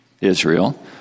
Israel